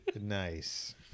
Nice